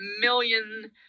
million